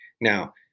Now